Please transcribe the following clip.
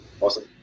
Awesome